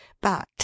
but